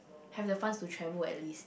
have the funs to travel at the list